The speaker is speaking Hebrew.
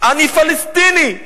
אני פלסטיני.